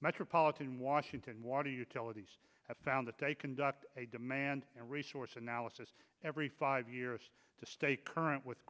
metropolitan washington water utilities have found that they conduct a demand and resource analysis every five years to stay current with